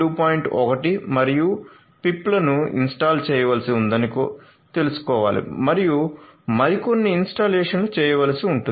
1 మరియు పిప్లను ఇన్స్టాల్ చేయవలసి ఉందని కోసం తెలుసు మరియు మరికొన్ని ఇన్స్టాలేషన్లు చేయవలసి ఉంటుంది